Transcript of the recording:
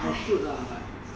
I should lah but